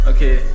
Okay